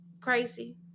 crazy